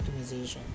optimization